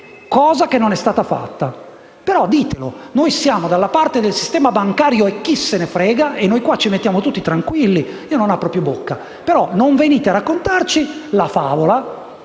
cosa che non è stata fatta. Però ditelo: «Noi siamo dalla parte del sistema bancario e chi se ne frega», così noi qui ci mettiamo tutti tranquilli e io non apro più bocca. Però non venite a raccontarci la favola,